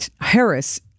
Harris